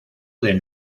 del